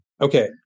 Okay